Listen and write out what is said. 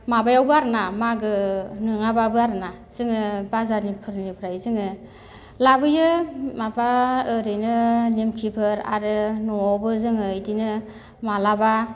माबायावबो आरोना मागो नङाबाबो आरोना जोङो बाजारनिफोरनिफ्राय जोङो लाबोयो माबा ओरैनो नेमखिफोर आरो न'आवबो जोङो बिदिनो मालाबा